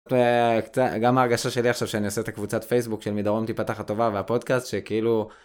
זה קצת גם הרגשה שלי עכשיו שאני עושה את הקבוצת פייסבוק של מדרום תפתח הטובה והפודקאסט שכאילו.